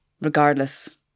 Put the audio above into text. regardless